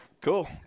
Cool